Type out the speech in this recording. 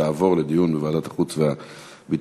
תעבור לדיון בוועדת החוץ והביטחון.